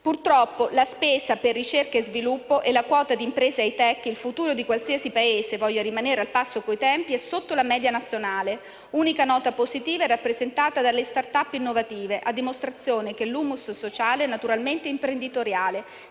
Purtroppo, la spesa per ricerca e sviluppo e la quota di imprese *high-tech* - il futuro di qualsiasi Paese voglia rimanere al passo coi tempi - è sotto la media nazionale. Unica nota positiva è rappresentata dalle *start-up* innovative, a dimostrazione che l'*humus* sociale è naturalmente imprenditoriale,